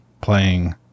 playing